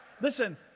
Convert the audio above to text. listen